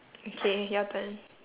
okay your turn